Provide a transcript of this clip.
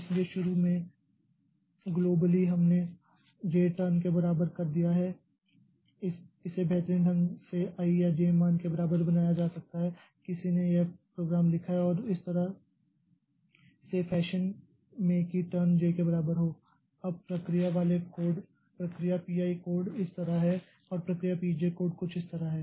इसलिए शुरू में ग्लोबली हमने j टर्न के बराबर कर दिया है इसे बेतरतीन ढंग से i या j मान के बराबर बनाया जा सकता है किसी ने यह प्रोग्राम लिखा है और इस तरह के फैशन में की टर्न j के बराबर हो अब प्रक्रिया वाले कोड प्रक्रिया P i कोड इस तरह है और प्रक्रिया P j कोड कुछ इस तरह है